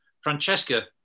Francesca